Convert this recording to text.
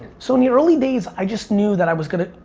so in the early days, i just knew that i was gonna,